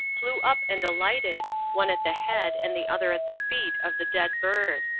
flew up and alighted, one at the head and the other at the feet of the dead bird.